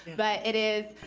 but it is,